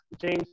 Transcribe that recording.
James